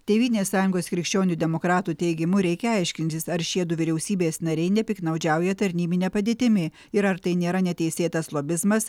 tėvynės sąjungos krikščionių demokratų teigimu reikia aiškintis ar šie du vyriausybės nariai nepiktnaudžiauja tarnybine padėtimi ir ar tai nėra neteisėtas lobizmas